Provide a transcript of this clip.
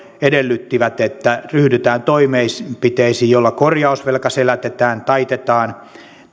edellyttivät että ryhdytään toimenpiteisiin joilla korjausvelka selätetään taitetaan